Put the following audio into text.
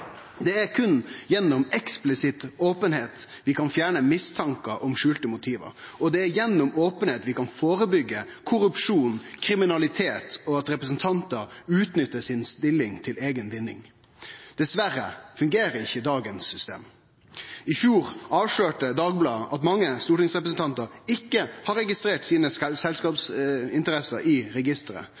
Det er berre gjennom eksplisitt openheit vi kan fjerne mistankar om skjulte motiv, og det er gjennom openheit vi kan førebyggje korrupsjon, kriminalitet og at representantar utnyttar stillinga si til eiga vinning. Dessverre fungerer ikkje dagens system. I fjor avslørte Dagbladet at mange stortingsrepresentantar ikkje har registrert selskapsinteressene sine i registeret,